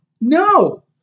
No